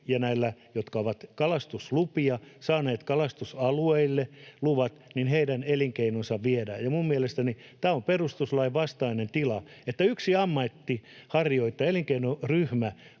ja niiden, jotka ovat kalastuslupia saaneet kalastusalueille, elinkeino viedään. Minun mielestäni tämä on perustuslain vastainen tila, että yksi ammatinharjoittaja- ja elinkeinoryhmä